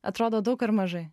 atrodo daug ar mažai